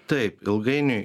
taip ilgainiui